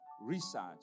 research